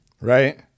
right